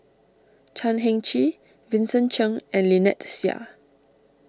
Chan Heng Chee Vincent Cheng and Lynnette Seah